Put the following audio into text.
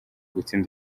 gutsinda